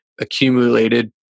accumulated